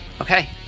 Okay